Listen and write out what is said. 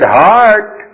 heart